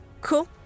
Cool